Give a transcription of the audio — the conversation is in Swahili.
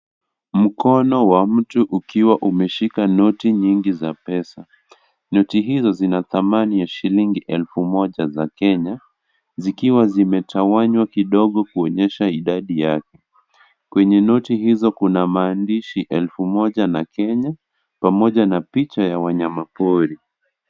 Mkono wa mtu ukiwa umeshika noti nyingi za pesa noti hizo zina thamani ya shilingi elfu moja za Kenya zikiwa zimetawanywa kidogo kuonyesha idadi yake, kwenye noti hizo kuna maandishi elfu moja na Kenya pamoja na picha ya wanyama pori.